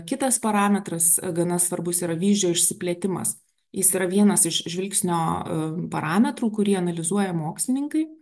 kitas parametras gana svarbus yra vyzdžio išsiplėtimas jis yra vienas iš žvilgsnio parametrų kurį analizuoja mokslininkai